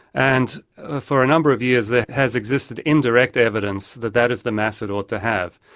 and for a number of years there has existed indirect evidence that that is the mass it ought to have.